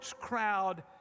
crowd